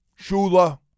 Shula